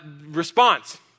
response